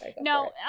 No